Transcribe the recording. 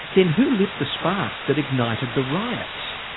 then who lit the spark that ignited the riots?